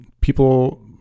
people